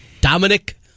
Dominic